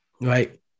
right